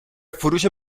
فروش